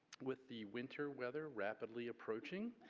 with the winter weather rapidly approaching.